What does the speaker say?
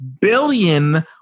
billion